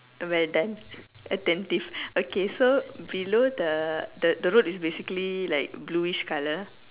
we are done attentive okay so below the the the road is basically like blueish colour